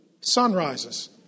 sunrises